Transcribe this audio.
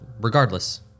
Regardless